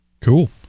Cool